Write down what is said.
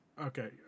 Okay